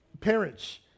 Parents